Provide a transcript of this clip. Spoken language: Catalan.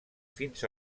fins